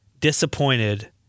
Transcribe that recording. disappointed